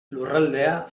lurraldea